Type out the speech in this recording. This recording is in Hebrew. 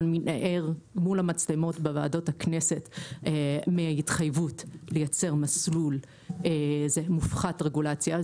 מתנער מול המצלמות בוועדות הכנסת מהתחייבות לייצר מסלול מופחת רגולציה.